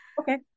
okay